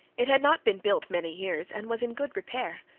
it had not been built many years and was in good repair.